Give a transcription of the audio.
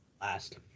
last